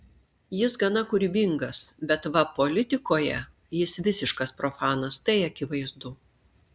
jis gana kūrybingas bet va politikoje jis visiškas profanas tai akivaizdu